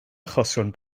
achosion